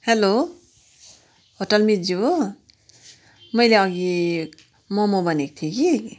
hello hotel मितज्यू हो मैले अघि मोमो भनेको थिएँ कि